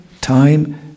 time